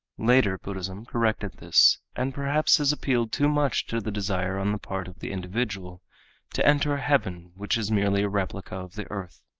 later buddhism corrected this and perhaps has appealed too much to the desire on the part of the individual to enter a heaven which is merely a replica of the earth.